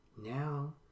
now